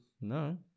No